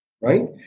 right